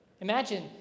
Imagine